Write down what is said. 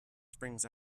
springs